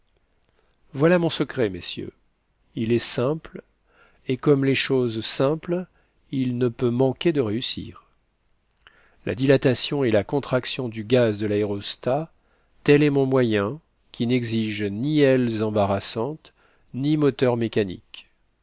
voilà mon secret messieurs il est simple et comme les choses simples il ne peut manquer de réussir la dilatation et la contraction du gaz de l'aérostat tel est mon moyen qui n'exige ni ailes embarrassantes ni moteur mécanique